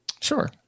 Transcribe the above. sure